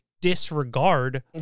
disregard